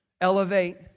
elevate